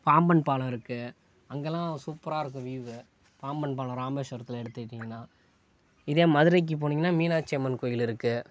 பாம்பன் பாலம் இருக்குது அங்கலாம் சூப்பராயிருக்கும் வீயூவ்வு பாம்பன் பாலம் ராமேஸ்வரத்தில் எடுத்துகிட்டிங்கனா இதே மதுரைக்கு போனீங்கன்னா மீனாட்சி அம்மன் கோயில் இருக்குது